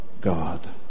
God